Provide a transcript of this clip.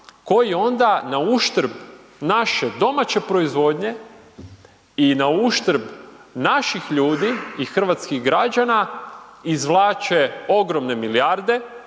koji onda na uštrb naše domaće proizvodnje i na uštrb naših ljudi i hrvatskih građana, izvlače ogromne milijarde.